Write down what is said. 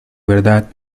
verdad